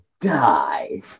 die